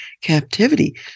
captivity